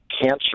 cancer